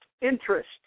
interest